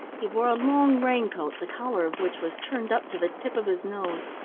he wore a long raincoat, the collar of which was turned up to the tip of his nose.